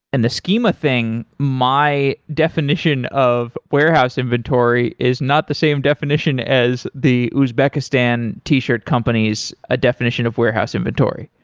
and the schema thing, my definition of warehouse inventory is not the same definition as the uzbekistan t-shirt company's ah definition of warehouse inventory.